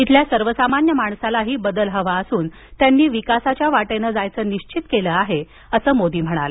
इथल्या सर्वसामान्य माणसालाही बदल हवा असून त्यांनी विकासाच्या वाटेनं जायचं निश्वित केलं आहे असं मोदी म्हणाले